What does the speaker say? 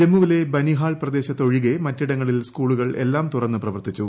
ജമ്മുവിലെ ബനിഹാൾ പ്രദേശത്ത് ഒഴികെ മറ്റിടങ്ങളിൽ സ്കൂളുകൾ എല്ലാം തുറന്നു പ്രവർത്തിച്ചു